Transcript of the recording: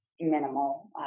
minimal